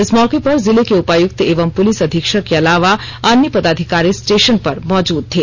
इस मौके पर जिले के उपायुक्त एवं पुलिस अधीक्षक के अलावा अन्य पदाधिकारी स्टेशन पर मौजूद थे